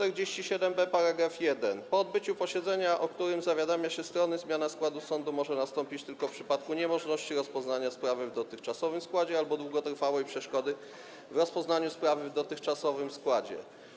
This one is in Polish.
Art. 47b § 1: „Po odbyciu posiedzenia, o którym zawiadamia się strony, zmiana składu sądu może nastąpić tylko w przypadku niemożności rozpoznania sprawy w dotychczasowym składzie albo długotrwałej przeszkody w rozpoznaniu sprawy w dotychczasowym składzie”